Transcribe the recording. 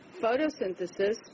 photosynthesis